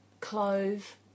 clove